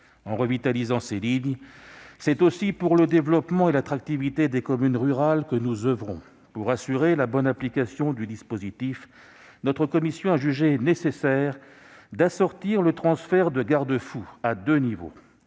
En revitalisant ces lignes, c'est aussi pour le développement et l'attractivité des communes rurales que nous oeuvrons. Pour assurer la bonne application du dispositif, notre commission a jugé nécessaire d'assortir le transfert de garde-fous à deux niveaux.